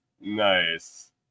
Nice